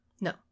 No